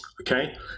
Okay